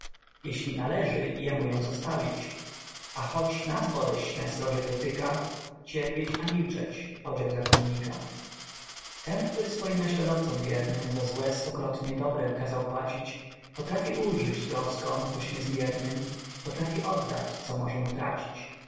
jeśli należy jemu ją zostawić a choć nas boleść najsrożej dotyka cierpieć a milczeć podział zakonnika ten który swoim naśladowcom wiernym za złe stokrotnie dobrem kazał płacić potrafi ulżyć troskom choć niezmiernym potrafi oddać co możem utracić